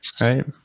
right